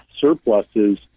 surpluses